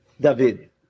David